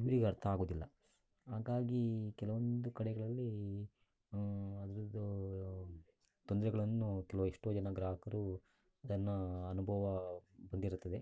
ಇವ್ರಿಗೆ ಅರ್ಥ ಆಗೋದಿಲ್ಲ ಹಾಗಾಗಿ ಕೆಲವೊಂದು ಕಡೆಗಳಲ್ಲಿ ಅದರದ್ದು ತೊಂದರೆಗಳನ್ನು ಕೆಲವು ಎಷ್ಟೋ ಜನ ಗ್ರಾಹಕರು ಅದನ್ನು ಅನುಭವ ಬಂದಿರುತ್ತದೆ